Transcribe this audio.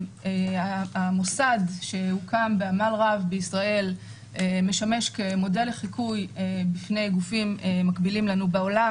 המוסד שהוקם בעמל רב בישראל משמש מודל לחיקוי לגופים מקבילים לנו בעולם.